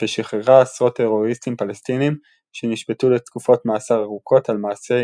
ושחררה עשרות טרוריסטים פלסטינים שנשפטו לתקופות מאסר ארוכות על מעשי